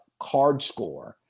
CardScore